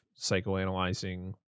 psychoanalyzing